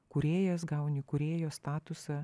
kūrėjas gauni kūrėjo statusą